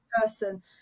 person